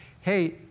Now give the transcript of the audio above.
hey